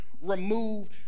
remove